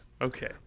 Okay